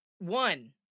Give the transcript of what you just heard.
one